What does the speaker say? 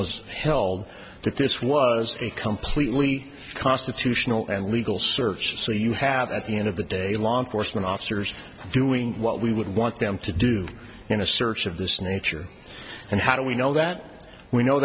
was held that this was a completely constitutional and legal search so you have at the end of the day law enforcement officers doing what we would want them to do in a search of this nature and how do we know that we know